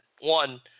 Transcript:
One